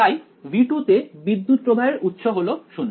তাই V2 তে বিদ্যুত্ প্রবাহের উৎস হল 0